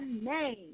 name